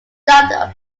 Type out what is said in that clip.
stopped